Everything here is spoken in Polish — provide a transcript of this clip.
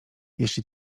jeśli